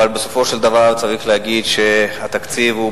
אבל בסופו של דבר צריך להגיד שהתקציב הוא,